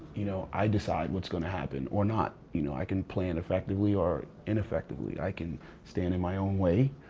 you know, i decide what's gonna happen, or not. you know, i can plan effectively or ineffectively. i can stand in my own way,